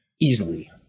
easily